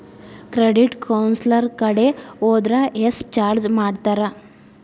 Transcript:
Credit counsellor ಕಡೆ ಹೊದ್ರ ಯೆಷ್ಟ್ ಚಾರ್ಜ್ ಮಾಡ್ತಾರ?